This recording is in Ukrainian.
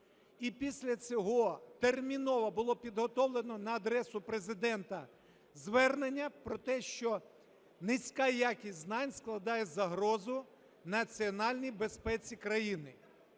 І після цього терміново було підготовлено на адресу Президента звернення про те, що низька якість знань складає загрозу національній безпеці країни.